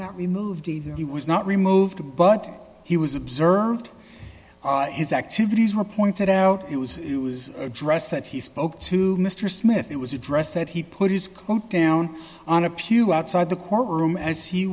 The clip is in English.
that we moved he that he was not removed but he was observed his activities were pointed out it was it was addressed that he spoke to mr smith it was addressed that he put his quote down on a pew outside the courtroom as he